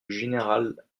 général